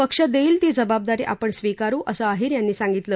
पक्ष देईल ती जबाबदारी आपण स्वीकारु असं अहिर यांनी सांगितलं